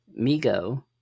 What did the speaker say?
Migo